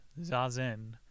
Zazen